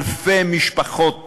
אלפי משפחות